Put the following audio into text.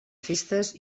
festes